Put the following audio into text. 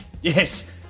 Yes